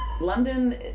London